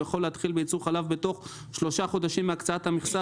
יכול להתחיל בייצור חלב בתוך שלושה חודשים מהקצאת המכסה,